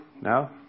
No